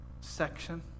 section